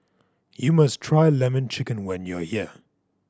you must try Lemon Chicken when you are here